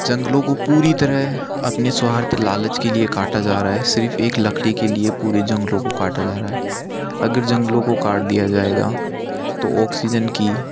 जंगलों को पूरी तरह अपने स्वार्थ लालच के लिए काटा जा रहा है सिर्फ़ एक लकड़ी के लिये पूरे जंगलों को काटा जा रहा हैं अगर जंगलों को काट दिया जाएगा तो ऑक्सीजन की